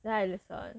then I listen